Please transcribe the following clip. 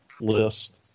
list